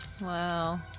Wow